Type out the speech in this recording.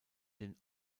den